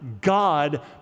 God